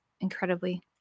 incredibly